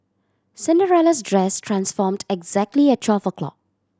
Cinderella's dress transformed exactly at twelve o'clock